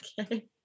Okay